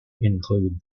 include